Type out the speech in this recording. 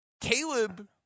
Caleb